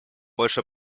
больше